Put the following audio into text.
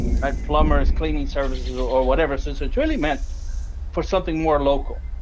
and plumbers, cleaning services or or whatever, since it's really meant for something more local,